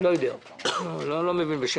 לא יודע, אני לא מבין בשמות.